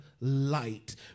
light